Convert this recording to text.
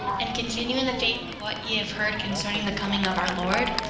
and continue in the faith of what ye have heard concerning the coming of our lord,